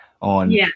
on